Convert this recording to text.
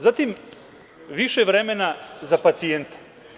Zatim, više vremena za pacijente.